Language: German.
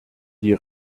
die